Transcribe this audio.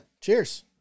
cheers